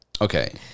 Okay